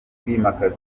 kwimakaza